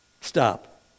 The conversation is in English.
Stop